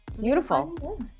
Beautiful